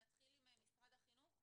נתחיל עם משרד החינוך.